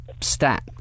stat